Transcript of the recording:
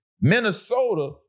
Minnesota